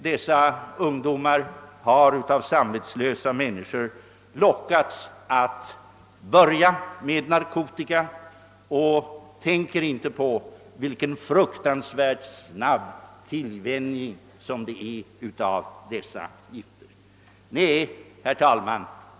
Dessa ungdomar har av samvetslösa människor lockats att börja med narkotika och tänker inte på vilken fruktansvärt snabb tillvänjning som sker vid bruk av dessa gifter. Nej, herr talman!